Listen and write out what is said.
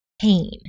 pain